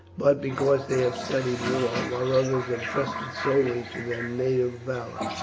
but because they have studied war, while others have trusted solely to their native valour.